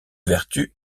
vertu